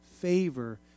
favor